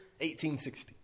1860